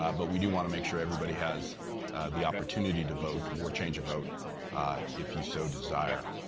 um but we do want to make sure everybody has the opportunity to vote or change a vote if you so desire.